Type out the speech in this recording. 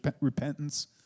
repentance